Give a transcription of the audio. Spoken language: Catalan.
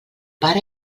pare